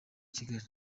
kigali